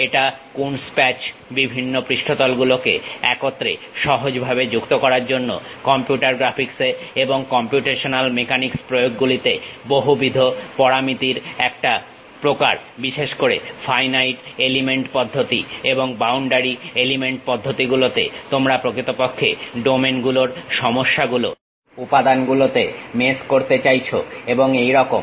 একটা Coons patch বিভিন্ন পৃষ্ঠতল গুলোকে একত্রে সহজভাবে যুক্ত করার জন্য কম্পিউটার গ্রাফিক্সে এবং কম্পিউটেশনাল মেকানিক্স প্রয়োগগুলিতে ব্যবহৃত বহুবিধ পরামিতির একটা প্রকার বিশেষ করে ফাইনাইট এলিমেন্ট পদ্ধতি এবং বাউন্ডারি এলিমেন্ট পদ্ধতি গুলোতে তোমরা প্রকৃতপক্ষে ডোমেন গুলোর সমস্যাগুলো উপাদানগুলোতে মেস করতে চাইছো এবং এই রকম